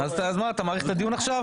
מה, אתה מאריך את הדיון עכשיו?